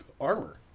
armor